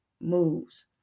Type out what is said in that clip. Moves